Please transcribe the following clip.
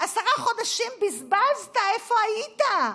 עשרה חודשים בזבזת, איפה היית?